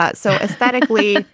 but so aesthetically.